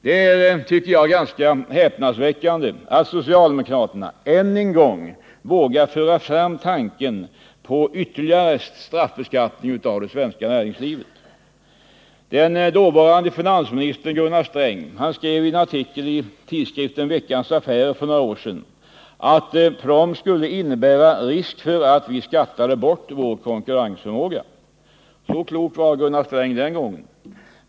Det är, tycker jag, egentligen ganska häpnadsväckande att socialdemokraterna än en gång vågar föra fram tanken på ytterligare straffbeskattning av det svenska näringslivet. Den dåvarande finansministern Gunnar Sträng skrev i en artikel i tidskriften Veckans Affärer för några år sedan att en proms skulle innebära risk för att vi skattade bort vår konkurrensförmåga. Så klok var Gunnar Sträng den gången.